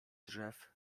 drzew